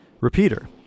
Repeater